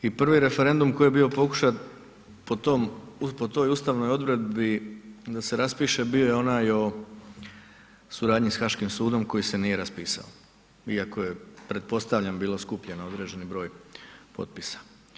I prvi referendum koji je bio pokušan po toj ustavnoj odredbi da se raspiše bio je onaj o suradnji s Haškim sudom koji se nije raspisao iako je pretpostavljam bilo skupljeno određeni broj potpisa.